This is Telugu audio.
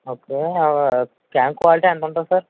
ఓకే క్యామ్ క్వాలిటీ ఎంతుంటుంది సార్